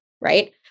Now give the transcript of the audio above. right